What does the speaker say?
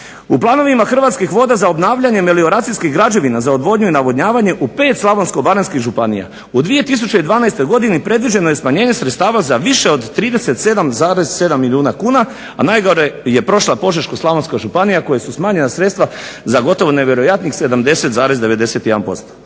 U planovima Hrvatskih voda za obnavljanje melioracijskih građevina za odvodnju i navodnjavanje u 5 slavonsko-baranjskih županija u 2012.godina predviđeno je smanjenje sredstava za više od 37,7 milijuna kuna, a najgore je prošla Požeško-slavonska županija kojoj su smanjena sredstva za gotovo nevjerojatnih 70,91%.